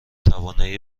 توانایی